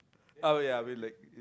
oh ya relax is